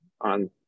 on